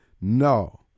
No